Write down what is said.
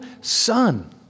son